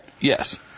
Yes